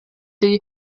die